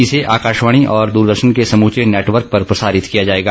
इसे आकाशवाणी और दूरदर्शन के समूचे नेटवर्क पर प्रसारित किया जायेगा